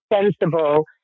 sensible